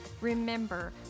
Remember